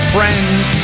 Friends